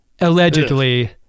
allegedly